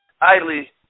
idly